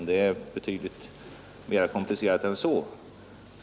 Det hela är betydligt mera komplicerat än så.